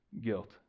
guilt